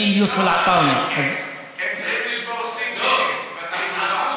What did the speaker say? לא, הם צריכים לשבור שיא גינס בתחלופה.